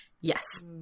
yes